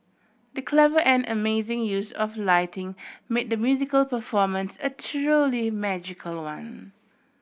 the clever and amazing use of lighting made the musical performance a truly magical one